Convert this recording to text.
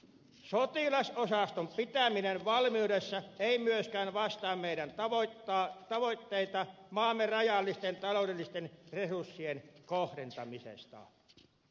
sotilasosaston pitäminen valmiudessa ei myöskään vastaa meidän tavoitteita maamme rajallisten taloudellisten resurssien kohdentamisesta